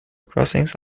crossings